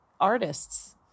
artists